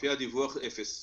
לפי הדיווח, אפס.